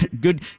Good